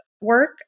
work